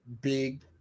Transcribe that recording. big